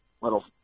little